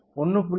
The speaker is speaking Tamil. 1